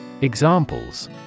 Examples